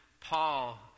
Paul